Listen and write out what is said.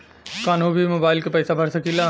कन्हू भी मोबाइल के पैसा भरा सकीला?